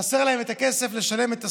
חסר להם הכסף לשלם את השכירות,